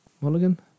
Mulligan